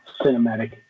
cinematic